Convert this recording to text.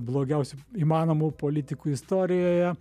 blogiausiu įmanomu politiku istorijoje